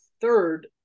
third